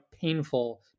painful